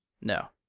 No